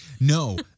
No